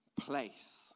place